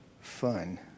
fun